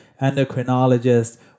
endocrinologist